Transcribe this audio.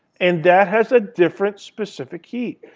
and that has a different specific heat.